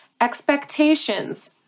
Expectations